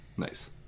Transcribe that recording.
nice